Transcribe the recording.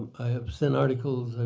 i have sent articles.